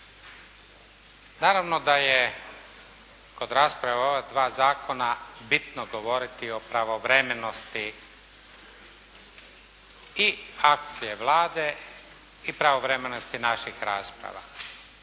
Naravno da je kod rasprave o ova dva zakona bitno govoriti o pravovremenosti i akcije Vlade i pravovremenosti naših rasprava.